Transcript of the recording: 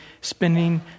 spending